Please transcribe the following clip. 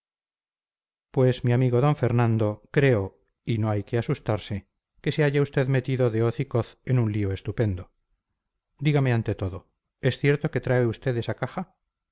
pues mi amigo d fernando creo y no hay que asustarse que se halla usted metido de hoz y coz en un lío estupendo dígame ante todo es cierto que trae usted esa caja